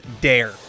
Dare